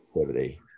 activity